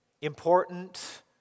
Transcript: important